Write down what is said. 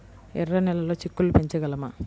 ఎర్ర నెలలో చిక్కుళ్ళు పెంచగలమా?